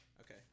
Okay